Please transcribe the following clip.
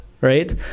right